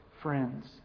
friends